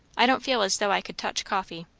i don't feel as though i could touch coffee.